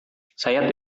saya